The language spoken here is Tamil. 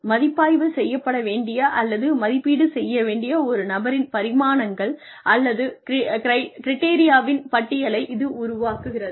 மதிப்பாய்வு செய்யப்பட வேண்டிய அல்லது மதிப்பீடு செய்ய வேண்டிய ஒரு நபரின் பரிமாணங்கள் மற்றும் கிரிட்டெரியாவின் பட்டியலை இது உருவாக்குகிறது